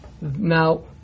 Now